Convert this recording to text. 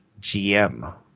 GM